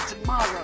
tomorrow